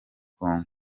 congo